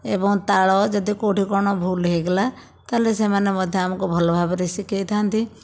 ଏବଂ ତାଳ ଯଦି କୋଉଠି କ'ଣ ଭୁଲ ହୋଇଗଲା ତାହାଲେ ସେମାନେ ମଧ୍ୟ ଆମକୁ ଭଲ ଭାବରେ ଶିଖେଇଥାନ୍ତି